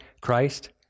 Christ